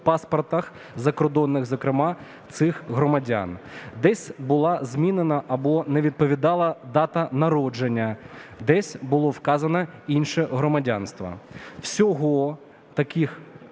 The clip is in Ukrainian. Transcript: паспортах закордонних, зокрема цих громадян. Десь була змінена або не відповідала дата народження, десь було вказано інше громадянство. Всього таких